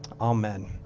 Amen